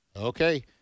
Okay